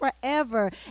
forever